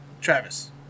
Travis